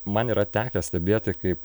man yra tekę stebėti kaip